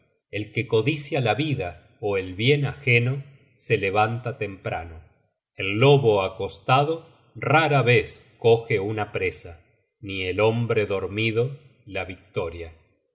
el que codicia la vida ó el bien ajeno se levanta temprano el lobo acostado rara vez coge una presa ni el hombre dormido la victoria